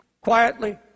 quietly